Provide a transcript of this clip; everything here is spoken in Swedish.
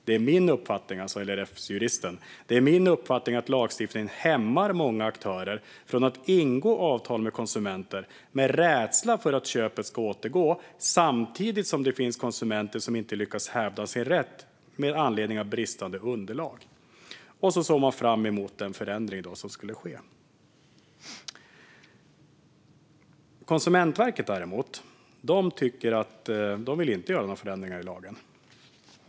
Det är min uppfattning att lagstiftningen hämmar många aktörer från att ingå avtal med konsumenter med rädsla för att köpet ska återgå samtidigt som det finns konsumenter som inte lyckas hävda sin rätt med anledning av bristande underlag. Man såg alltså fram emot den förändring som skulle ske. Konsumentverket vill däremot inte göra några förändringar i lagen.